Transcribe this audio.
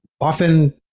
often